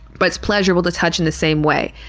but it's pleasurable to touch in the same way.